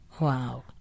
Wow